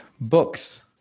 books